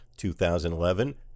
2011